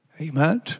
Amen